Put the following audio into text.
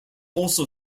also